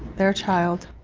their child,